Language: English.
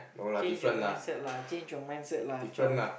change your mindset lah change your mindset lah Chong